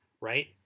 right